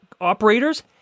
operators